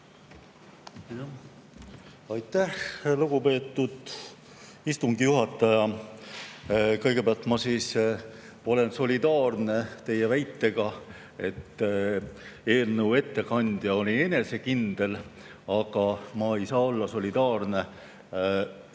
Aitäh, lugupeetud istungi juhataja! Kõigepealt, ma olen solidaarne teie väitega, et eelnõu ettekandja oli enesekindel. Aga ma ei saa olla solidaarne